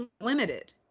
limited